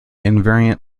invariant